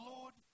Lord